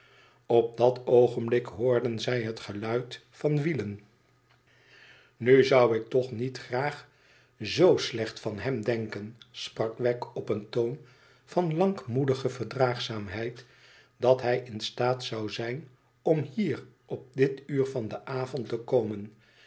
op dat oogenblik hoorden zij het geluid van wielen nu zou ik toch niet graag z slecht van hem denken sprak wegg op een toon van lankmoedige verdraagzaamheid dat hij in staat zou zijn om hier op dit uur van den avond te komen